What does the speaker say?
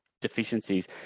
deficiencies